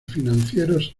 financieros